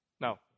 Now